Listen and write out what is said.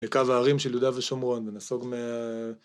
מקו הערים של יהודה ושומרון, מה...